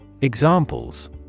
examples